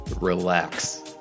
Relax